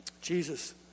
Jesus